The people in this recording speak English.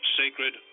sacred